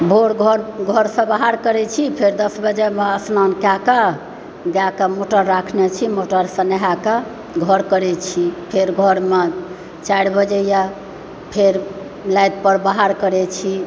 भोर घरसँ बाहर करै छी फेर दस बजेमे स्नान कए कऽ गाय कऽ मोटर राखने छी मोटरसँ नहाकऽ घर करैत छी फेर घरमऽ चारि बजे यऽ फेर नादिपर बाहर करै छी